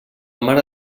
mare